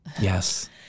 Yes